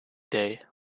day